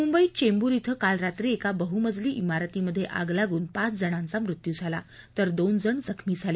मुंबईत चेंबूर शिं काल रात्री एका बह्मजली शिरतीमध्ये आग लागून पाच जणांचा मृत्यू झाला तर दोनजण जखमी झाले